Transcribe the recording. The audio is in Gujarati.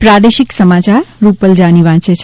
પ્રાદેશિક સમાચાર રૂપલ જાનિ વાંચે છે